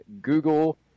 Google